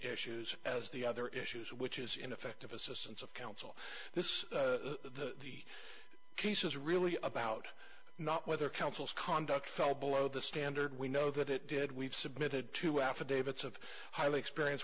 issues as the other issues which is ineffective assistance of counsel this case is really about not whether counsel's conduct fell below the standard we know that it did we've submitted two affidavits of highly experience